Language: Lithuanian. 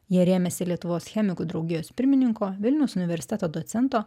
jie rėmėsi lietuvos chemikų draugijos pirmininko vilniaus universiteto docento